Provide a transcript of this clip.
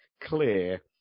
clear